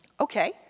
Okay